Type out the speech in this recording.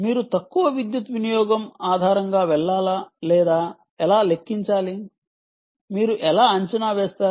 మీరు తక్కువ విద్యుత్ వినియోగం ఆధారంగా వెళ్లాలా లేదా ఎలా లెక్కించాలి మీరు ఎలా అంచనా వేస్తారు